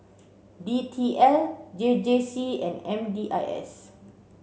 D T L J J C and M D I S